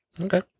Okay